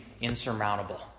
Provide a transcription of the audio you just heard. insurmountable